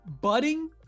budding